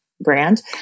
brand